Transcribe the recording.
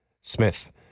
Smith